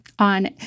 On